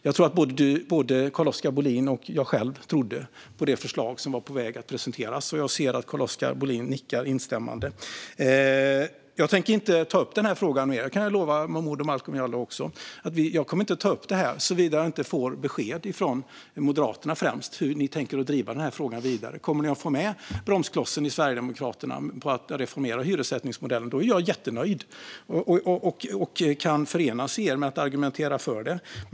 Jag tror att både Carl-Oskar Bohlin och jag själv trodde på det förslag som var på väg att presenteras. Jag ser också att Carl-Oskar Bohlin nickar instämmande. Jag kan lova Momodou Malcolm Jallow att jag inte kommer att ta upp den här frågan mer såvida jag inte får besked från främst Moderaterna om hur de tänker driva den här frågan vidare. Kommer Moderaterna att få med bromsklossen - Sverigedemokraterna - på att reformera hyressättningsmodellen? Då är jag jättenöjd och kan förenas med Moderaterna i att argumentera för det.